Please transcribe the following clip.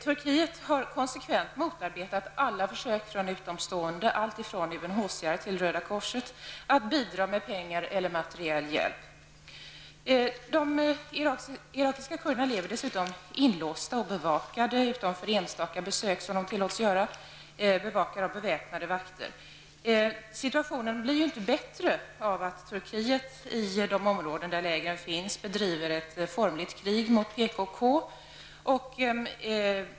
Turkiet har konsekvent motarbetat alla försök från utomstående som t.ex. UNHCR och Röda korset att bidra med pengar eller materiell hjälp. De irakiska kurderna lever dessutom inlåsta och bevakade, utom för enstaka besök som de tillåts få, men då bevakade av beväpnade vakter. Situationen blir inte bättre av att Turkiet i de områden där lägren finns bedriver ett formligt krig mot PKK.